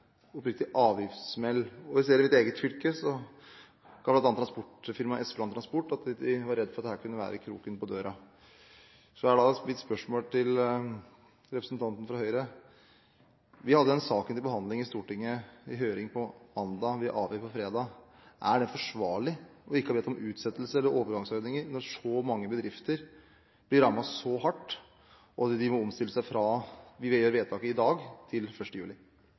oppriktig – en avgiftssmell. I mitt eget fylke var bl.a. transportfirmaet Espeland Transport redd for at dette kunne være kroken på døra. Mitt spørsmål til representanten fra Høyre gjelder følgende: Vi har hatt denne saken til behandling i Stortinget. Det var høring i saken mandag, vi avga den onsdag. Er det forsvarlig ikke å ha bedt om utsettelse eller overgangsordninger når så mange bedrifter blir rammet så hardt, og når de må omstille seg fra vi gjør vedtak i dag, og innen 1. juli?